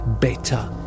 better